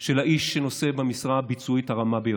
של האיש שנושא במשרה הביצועית הרמה ביותר.